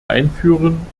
einführen